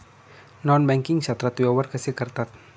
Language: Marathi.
नॉन बँकिंग क्षेत्रात व्यवहार कसे करतात?